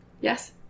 Yes